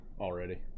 already